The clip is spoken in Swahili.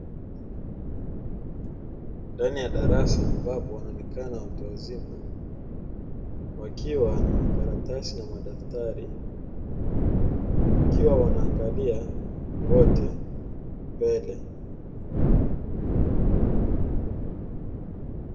Ndani ya darasa ambapo wanaonekana watu wazima wakiwa na makaratasi na madaftari wakiwa wanaangalia wote mbele.